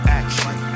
action